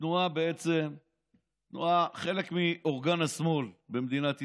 התנועה לאיכות השלטון היא חלק מאורגן השמאל במדינת ישראל.